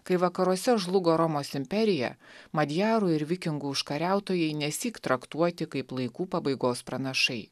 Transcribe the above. kai vakaruose žlugo romos imperija madjarų ir vikingų užkariautojai nesyk traktuoti kaip laikų pabaigos pranašai